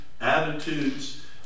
attitudes